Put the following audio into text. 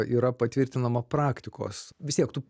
yra patvirtinama praktikos vis tiek tu